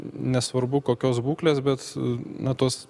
nesvarbu kokios būklės bet na tuos